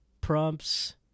prompts